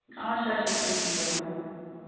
آچھا اَچھا کیٚنٛہہ چھُنہٕ پَرواے